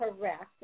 correct